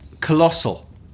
Colossal